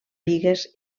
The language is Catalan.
bigues